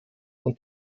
und